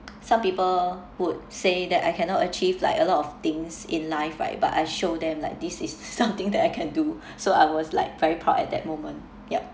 some people would say that I cannot achieve like a lot of things in life right but I show them like this is something that I can do so I was like very proud at that moment yup